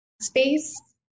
space